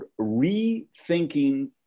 Rethinking